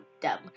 dumb